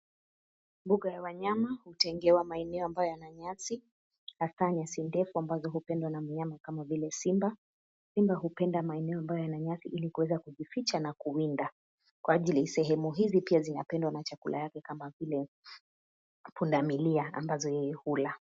Mbuga ya wanyama, hutengewa maeneo ambayo yana nyasi, hasa nyasi ndefu ambazo hupendwa na mnyama kama vile simba. Simba hupenda maeneo ambayo yana nyasi, ili ya kuweza kujificha na kuwinda. Kwa ajili, sehemu hizi pia zinapendwa na chakula yake kama vile, pundamilia ambazo yeye hula.